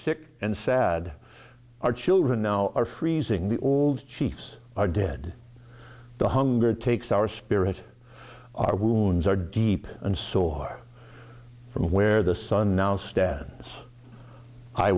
sick and sad our children now are freezing the old chiefs are dead the hunger takes our spirit our wounds are deep and so hard from where the sun now stands i